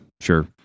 Sure